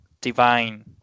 divine